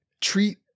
treat